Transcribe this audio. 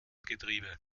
getriebe